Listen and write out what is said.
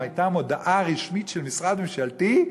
אם הייתה מודעה רשמית של משרד ממשלתי: